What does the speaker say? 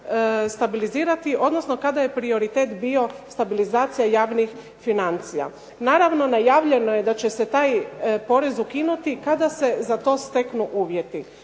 kada je prioritet bio stabilizacija javnih financija. Naravno, najavljeno je da će se taj porez ukinuti kada se za to steknu uvjeti.